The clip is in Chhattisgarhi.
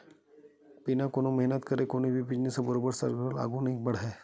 बिना कोनो मेहनत करे कोनो भी बिजनेस ह बरोबर सरलग आघु नइ बड़हय